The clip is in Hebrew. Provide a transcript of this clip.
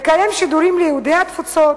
לקיים שידורים ליהודי התפוצות,